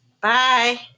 bye